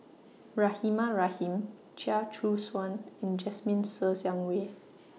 Rahimah Rahim Chia Choo Suan and Jasmine Ser Xiang Wei